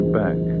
back